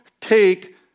take